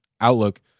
outlook